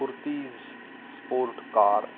kurtis sport car